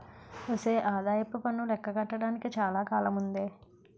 ఒసే ఆదాయప్పన్ను లెక్క కట్టడానికి చాలా కాలముందే